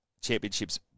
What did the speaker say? Championships